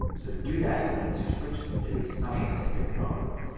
so to do that you need to switch to the scientific mode.